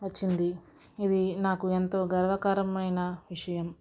నచ్చింది ఇది నాకు ఎంతో గర్వకారమైన విషయం